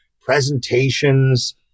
presentations